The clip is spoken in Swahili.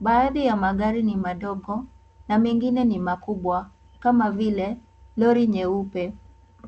baadhi ya magari ni madogo na mengine ni makubwa kama vile lori nyeupe.